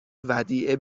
ودیعه